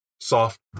soft